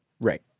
Right